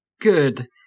Good